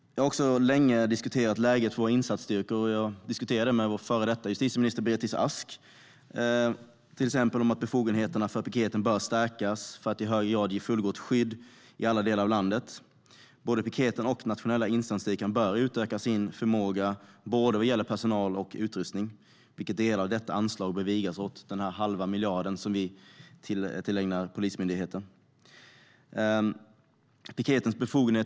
Jag har länge diskuterat läget för våra insatsstyrkor, och jag har diskuterat det med vår före detta justitieminister Beatrice Ask, till exempel att befogenheterna för piketen bör stärkas för att i högre grad ge ett fullgott skydd i alla delar av landet. Både piketen och nationella insatsstyrkan bör utöka sin förmåga när det gäller personal och utrustning. Delar av detta anslag - den halva miljarden som vi avsätter för Polismyndigheten - bör vigas åt detta.